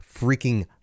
freaking